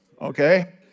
okay